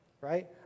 right